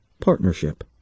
partnership